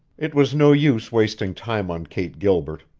it was no use wasting time on kate gilbert.